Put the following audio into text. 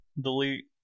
Delete